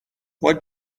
what